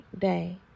day